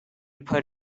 put